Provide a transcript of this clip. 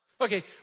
Okay